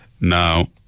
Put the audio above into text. Now